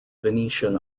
venetian